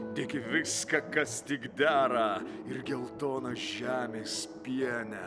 tik viską kas tik dera ir geltoną žemės pienę